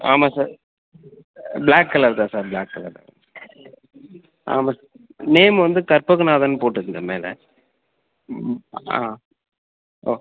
ஆமாம் sir black கலர்தான் sir black கலர்தான் ஆமாம் நேம் வந்து கற்பகநாதன் போட்டுக்கோங்க மேலே ம் ஆ ஒ